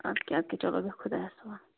اَدٕ کیٛاہ اَدٕ کیٛاہ چَلو بیٚہہ خۄدایس حَوال